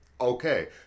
okay